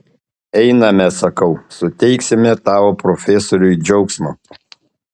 einame sakau suteiksime tavo profesoriui džiaugsmo